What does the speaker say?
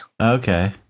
Okay